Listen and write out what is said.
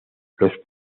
los